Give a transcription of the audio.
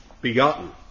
begotten